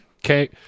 Okay